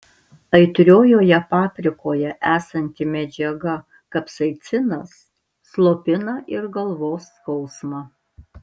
aitriojoje paprikoje esanti medžiaga kapsaicinas slopina ir galvos skausmą